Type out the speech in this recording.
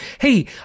Hey